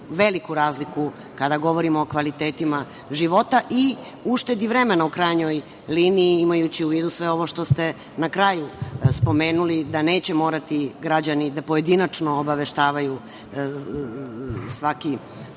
veliku razliku kada govorimo o kvalitetima života i uštedi vremena, u krajnjoj liniji, imajući u vidu sve ovo što ste na kraju spomenuli, da neće morati građani pojedinačno da obaveštavaju svaki